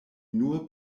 nur